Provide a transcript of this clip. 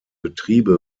betriebe